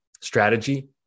strategy